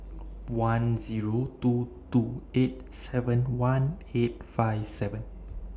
one Zero two two eight seven one eight five seven